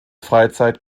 freizeit